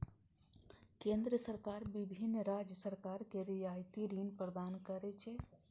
केंद्र सरकार विभिन्न राज्य सरकार कें रियायती ऋण प्रदान करै छै